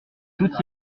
toutes